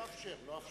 לא הולך